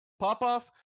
pop-off